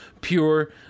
pure